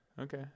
Okay